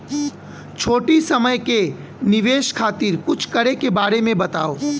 छोटी समय के निवेश खातिर कुछ करे के बारे मे बताव?